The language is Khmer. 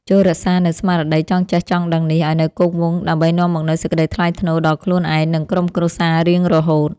ចូររក្សានូវស្មារតីចង់ចេះចង់ដឹងនេះឱ្យនៅគង់វង្សដើម្បីនាំមកនូវសេចក្តីថ្លៃថ្នូរដល់ខ្លួនឯងនិងក្រុមគ្រួសាររៀងរហូត។